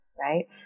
right